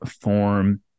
form